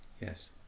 yes